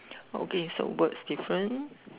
okay so words different